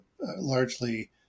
largely